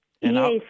Yes